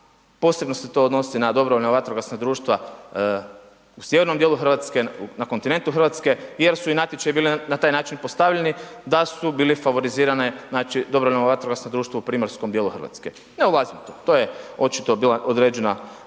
posebno se to odnosi na dobrovoljna vatrogasna društva u sjevernom djelu Hrvatske, na kontinentu Hrvatske jer su i natječaji bili na taj način postavljeni, da su bile favorizirana DVD-i u primorskom djelu Hrvatske. Ne ulazim tu, to je očito bila određena